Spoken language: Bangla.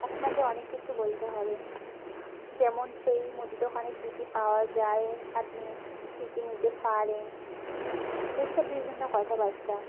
আপনাকে অনেক কিছু বলতে হবে যেমন সেই মুদি দোকানে কী কী পাওয়া যায় আপনি কী কী নিতে পারেন এসব বিভিন্ন কথাবার্তা